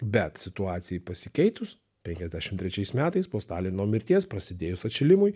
bet situacijai pasikeitus penkiasdešim trečiais metais po stalino mirties prasidėjus atšilimui